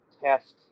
test